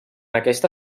aquesta